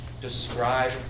describe